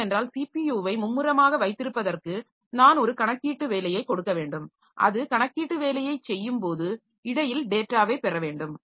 ஏனென்றால் ஸிபியுவை மும்முரமாக வைத்திருப்பதற்கு நான் ஒரு கணக்கீட்டு வேலையை கொடுக்க வேண்டும் அது கணக்கீட்டு வேலையைச் செய்யும்போது இடையில் டேட்டாவைப் பெற வேண்டும்